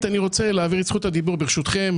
אני רוצה להעביר את זכות הדיבור ברשותכם-